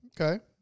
Okay